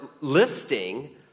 listing